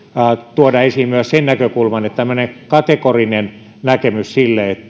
tuoda esiin myös sen näkökulman että pidän tämmöistä kategorista näkemystä siitä että